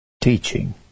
teaching